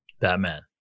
batman